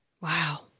Wow